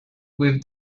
with